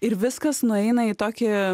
ir viskas nueina į tokį